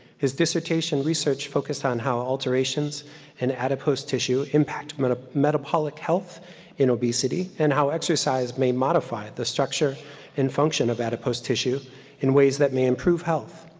his dissertation research focused on how alterations and adipose tissue impact but ah metabolic health in obesity and how exercise may modify the structure and function of adipose tissue in ways that may improve health.